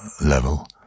level